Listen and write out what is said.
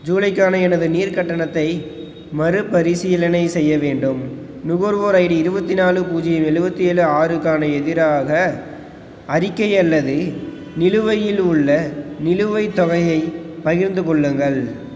ஜூலைக்கான எனது நீர் கட்டணத்தை மறுபரிசீலனை செய்ய வேண்டும் நுகர்வோர் ஐடி இருபத்தி நாலு பூஜ்யம் எழுவத்தி ஏழு ஆறுக்கான எதிராக அறிக்கை அல்லது நிலுவையில் உள்ள நிலுவைத் தொகையை பகிர்ந்து கொள்ளுங்கள்